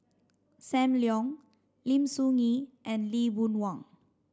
Sam Leong Lim Soo Ngee and Lee Boon Wang